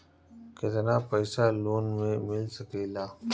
केतना पाइसा लोन में मिल सकेला?